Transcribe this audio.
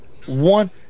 One